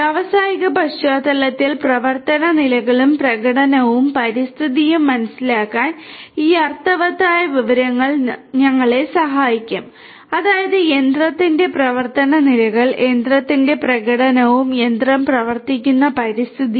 വ്യാവസായിക പശ്ചാത്തലത്തിൽ പ്രവർത്തന നിലകളും പ്രകടനവും പരിസ്ഥിതിയും മനസ്സിലാക്കാൻ ഈ അർത്ഥവത്തായ വിവരങ്ങൾ ഞങ്ങളെ സഹായിക്കും അതായത് യന്ത്രത്തിന്റെ പ്രവർത്തന നിലകൾ യന്ത്രത്തിന്റെ പ്രകടനവും യന്ത്രം പ്രവർത്തിക്കുന്ന പരിതസ്ഥിതിയും